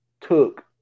took